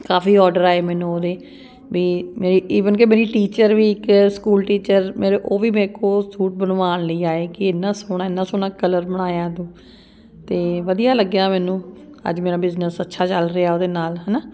ਕਾਫ਼ੀ ਆਰਡਰ ਆਏ ਮੈਨੂੰ ਉਹਦੇ ਵੀ ਈਵਨ ਕਿ ਮੇਰੀ ਟੀਚਰ ਵੀ ਇੱਕ ਸਕੂਲ ਟੀਚਰ ਮੇਰੇ ਉਹ ਵੀ ਮੈਰੇ ਕੋਲ ਸੂਟ ਬਣਵਾਉਣ ਲਈ ਆਏ ਕਿ ਇੰਨਾ ਸੋਹਣਾ ਇੰਨਾ ਸੋਹਣਾ ਕਲਰ ਬਣਾਇਆ ਤੂੰ ਤਾਂ ਵਧੀਆ ਲੱਗਿਆ ਮੈਨੂੰ ਅੱਜ ਮੇਰਾ ਬਿਜਨਸ ਅੱਛਾ ਚੱਲ ਰਿਹਾ ਉਹਦੇ ਨਾਲ ਹੈਨਾ